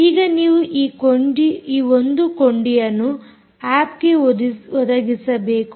ಈಗ ನೀವು ಈ ಒಂದು ಕೊಂಡಿಯನ್ನು ಆಪ್ಗೆ ಒದಗಿಸಬೇಕು